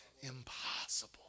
Impossible